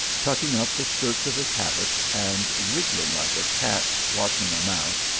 tucking up the skirts of his habit, and wriggling like a cat watching a mouse,